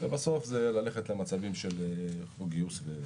ובסוף זה ללכת למצבים של חוק גיוס.